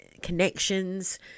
connections